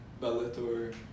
Bellator